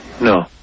no